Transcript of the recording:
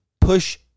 push